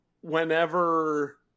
whenever